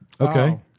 Okay